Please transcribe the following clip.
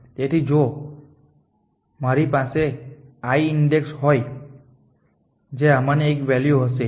તેથી જો મારી પાસે i ઈન્ડેક્સ હોય જે આમાંની એક વૅલ્યુ હશે